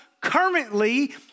currently